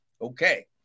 Okay